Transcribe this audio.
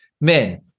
Men